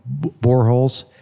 boreholes